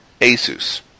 Asus